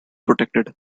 protected